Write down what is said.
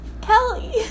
Kelly